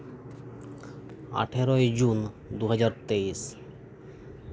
ᱟᱴᱷᱮᱨᱳᱭ June ᱫᱩ ᱦᱟᱡᱟᱨ ᱛᱮᱭᱤᱥ